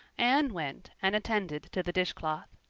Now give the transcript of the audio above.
anne went and attended to the dishcloth.